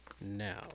now